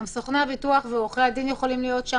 גם סוכני הביטוח וגם עורכי הדין יכולים להיות שם.